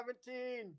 seventeen